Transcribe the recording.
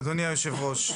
אדוני היושב-ראש,